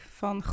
van